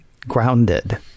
grounded